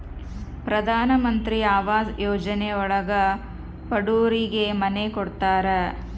ಪ್ರಧನಮಂತ್ರಿ ಆವಾಸ್ ಯೋಜನೆ ಒಳಗ ಬಡೂರಿಗೆ ಮನೆ ಕೊಡ್ತಾರ